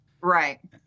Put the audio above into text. Right